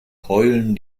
heulen